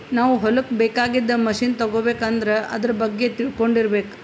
ನಾವ್ ಹೊಲಕ್ಕ್ ಬೇಕಾಗಿದ್ದ್ ಮಷಿನ್ ತಗೋಬೇಕ್ ಅಂದ್ರ ಆದ್ರ ಬಗ್ಗೆ ತಿಳ್ಕೊಂಡಿರ್ಬೇಕ್